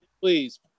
Please